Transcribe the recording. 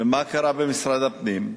ומה קרה במשרד הפנים?